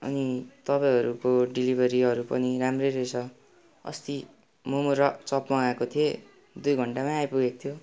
अनि तपाईँहरूको डेलिभरीहरू पनि राम्रै रहेछ अस्ति मोमो र चप मगाएको थिएँ दुई घन्टामा आइपुगेको थियो